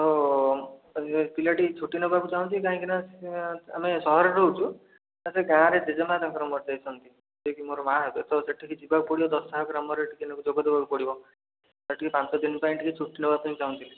ଓ ପିଲାଟି ଛୁଟି ନେବାକୁ ଚାହୁଁଛି କାହିଁକି ନା ଆମେ ସହରରେ ରହୁଛୁ ତାର ସେ ଗାଁରେ ଜେଜେମା ତାଙ୍କର ମରିଯାଇଛନ୍ତି ଯିଏ କି ମୋର ମା' ହେବେ ତ ସେଠିକି ଯିବାକୁ ପଡ଼ିବ ଦଶାହ କର୍ମରେ ଟିକେ ନାକୁ ଯୋଗ ଦେବାକୁ ପଡ଼ିବ ସାର୍ ଟିକେ ପାଞ୍ଚଦିନ ପାଇଁ ଛୁଟି ନେବାକୁ ଚାହୁଁଥିଲି